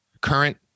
current